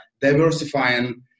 diversifying